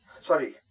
sorry